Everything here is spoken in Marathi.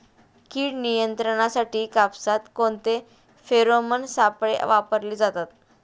कीड नियंत्रणासाठी कापसात कोणते फेरोमोन सापळे वापरले जातात?